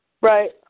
Right